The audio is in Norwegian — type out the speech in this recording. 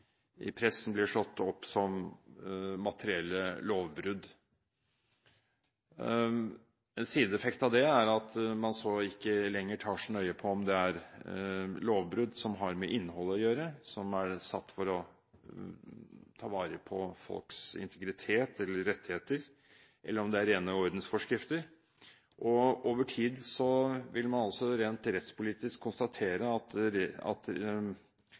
i pressen blir slått opp som materielle lovbrudd. En sideeffekt av det er at man ikke lenger tar så nøye på om det er lovbrudd som har med innhold å gjøre, som er satt for å ta vare på folks integritet eller rettigheter, eller om det er rene ordensforskrifter. Over tid vil man rent rettspolitisk konstatere at